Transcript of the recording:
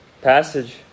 passage